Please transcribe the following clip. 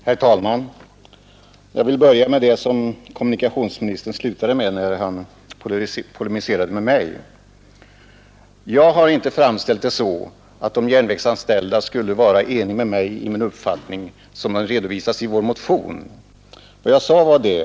Herr talman! Jag vill börja med det som kommunikationsministern slutade med när han polemiserade mot mig. Jag har inte framställt det så, att de järnvägsanställda skulle vara eniga med mig i min uppfattning, som den redovisats i den motion där jag är huvudmotionär.